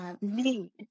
need